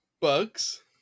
Bugs